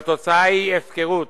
והתוצאה היא הפקרות,